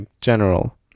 general